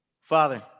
father